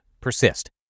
persist